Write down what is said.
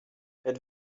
êtes